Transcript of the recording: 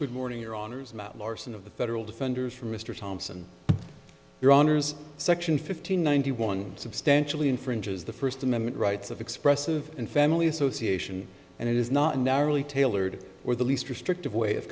good morning your honour's mount larson of the federal defenders for mr thompson your honour's section fifteen ninety one substantially infringes the first amendment rights of expressive and family association and it is not unnaturally tailored for the least restrictive way of